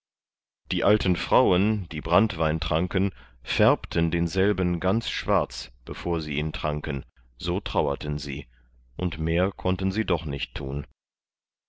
die alten frauen die branntwein tranken färbten denselben ganz schwarz bevor sie ihn tranken so trauerten sie und mehr konnten sie doch nicht thun